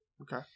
Okay